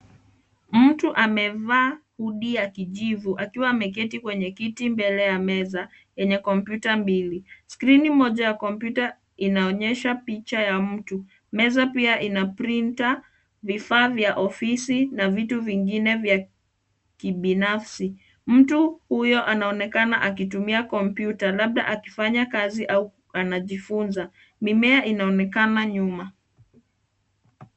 Mtu amevaa hoodie ya kijivu akiwa ameketi kwenye kiti mbele ya meza yenye kompyuta mbili. Skrini moja ya kompyuta inaonyesha picha ya mtu. Meza pia ina printer , vifaa vya ofisi na vitu vingine vya kibinfasi. Mtu huyo anaonekana akitumia kompyuta labda akifanya kazi au anajifunza. Mimea inaonekana nyuma.